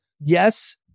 yes